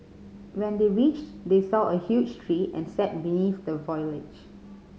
when they reached they saw a huge tree and sat beneath the foliage